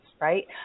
right